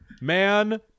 man